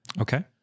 Okay